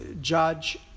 judge